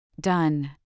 Done